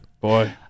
boy